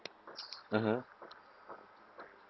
mmhmm